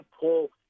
pull –